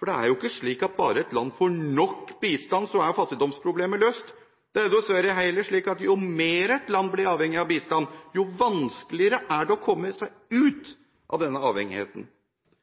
for det er jo ikke slik at bare et land får nok bistand, er fattigdomsproblemet løst. Det er dessverre heller slik at jo mer et land blir avhengig av bistand, jo vanskeligere er det å komme seg ut av denne avhengigheten.